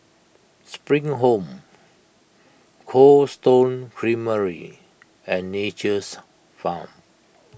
Spring Home Cold Stone Creamery and Nature's Farm